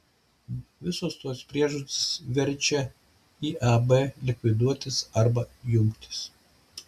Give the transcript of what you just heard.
visos tos priežastys verčia iab likviduotis arba jungtis